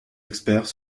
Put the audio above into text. experts